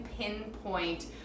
pinpoint